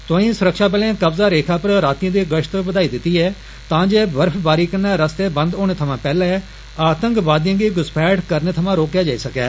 तोआई सुरक्षाबलें कब्जा रेखा पर रातीं दी गष्त बदाई दित्ती ऐ तां जे बर्फवारी कन्नै रस्ते बंद होने थमां पैहले आतंकवादिएं गी घ्रसपैठ करने थमां रोकेआ जाई सकै